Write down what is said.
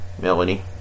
Melanie